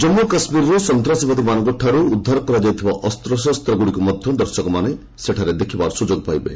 ଜାମ୍ମୁ ଓ କାଶ୍ମୀରରୁ ସନ୍ତାସବାଦୀମାନଙ୍କଠାରୁ ଉଦ୍ଧାର କରାଯାଇଥିବା ଅସ୍ତ୍ରଶସ୍ତଗୁଡ଼ିକୁ ମଧ୍ୟ ଦର୍ଶକମାନେ ଦେଖିବାର ସୁଯୋଗ ପାଇବେ